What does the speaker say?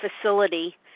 facility